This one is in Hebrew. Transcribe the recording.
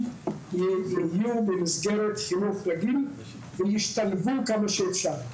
ילמדו במסגרת חינוך רגיל וישתלבו כמה שאפשר.